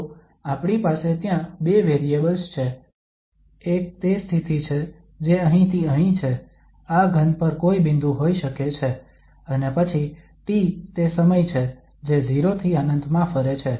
તો આપણી પાસે ત્યાં બે વેરિયેબલ્સ છે એક તે સ્થિતિ છે જે અહીંથી અહીં છે આ ઘન પર કોઈ બિંદુ હોઈ શકે છે અને પછી t તે સમય છે જે 0 થી ∞ માં ફરે છે